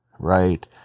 Right